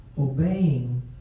obeying